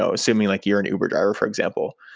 ah assuming like you're an uber driver, for example.